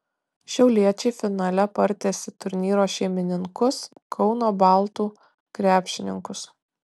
šiauliečiai finale partiesė turnyro šeimininkus kauno baltų krepšininkus